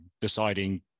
deciding